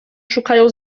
szukają